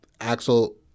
Axel